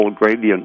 gradient